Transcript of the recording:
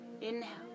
inhale